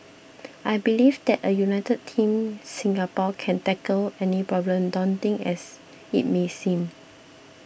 I believe that a united Team Singapore can tackle any problem daunting as it may seem